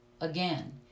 again